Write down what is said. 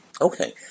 Okay